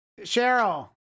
cheryl